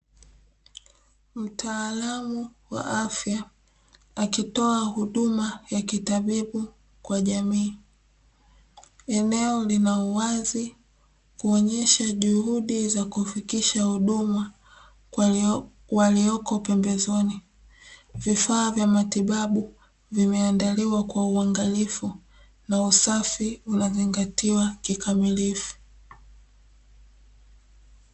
Mtaalamu wa afya akitoa huduma ya kitabibu kwa jamii, eneo lina uwazi kuonyesha juhudi za kufikisha huduma kwa walioko pembezoni, vifaa vya matibabu vimeandaliwa kwa uangalifu na usafi unazingatiwa kikamilifu.